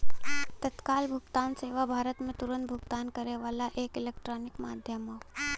तत्काल भुगतान सेवा भारत में तुरन्त भुगतान करे वाला एक इलेक्ट्रॉनिक माध्यम हौ